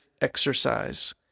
exercise